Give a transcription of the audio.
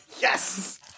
Yes